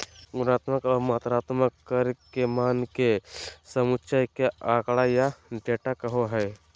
गुणात्मक और मात्रात्मक कर के मान के समुच्चय के आँकड़ा या डेटा कहो हइ